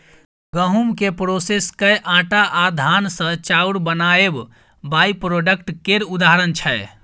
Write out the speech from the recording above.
गहुँम केँ प्रोसेस कए आँटा आ धान सँ चाउर बनाएब बाइप्रोडक्ट केर उदाहरण छै